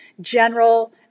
general